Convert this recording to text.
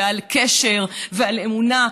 ועל קשר ועל אמונה,